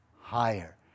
higher